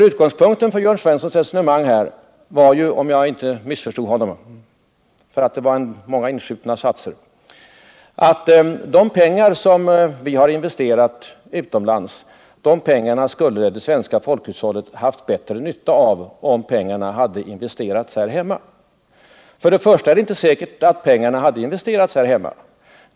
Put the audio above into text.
Utgångspunkt för Jörn Svenssons resonemang var, om jag inte missförstod honom — det var många inskjutna satser —, att de pengar som vi har investerat utomlands skulle det svenska folkhushållet ha haft mera nytta av om de hade investerats här hemma. Först och främst är det inte säkert att pengarna hade investerats här hemma.